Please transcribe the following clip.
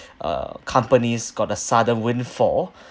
uh companies got a sudden windfall